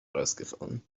ausgefallen